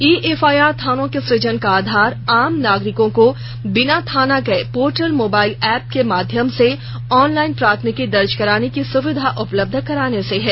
ई FIR थानों के सुजन का आधार आम नागरिकों को बिना थाना गए पोर्टल मोबाइल एप्प के माध्यम से ऑनलाइन प्राथमिकी दर्ज कराने की सुविधा उपलब्ध कराने से है